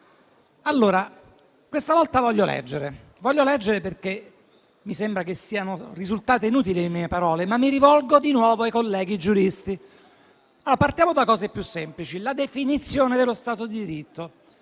Questa volta voglio leggere, perché mi sembra che siano risultate inutili le mie parole. Mi rivolgo di nuovo ai colleghi giuristi. Partiamo da cose più semplici: la definizione dello Stato di diritto.